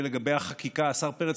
השר פרץ,